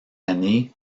année